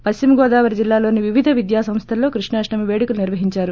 పశ్చిమ గోదావరి జిల్లాలోని వివిధ విద్యాసంస్దల్లో కృష్ణాష్టమి పేడుకలు నిర్వహించారు